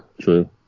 true